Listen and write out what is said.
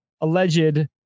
alleged